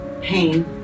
pain